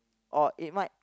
or it might